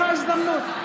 הזדמנות.